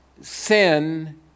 sin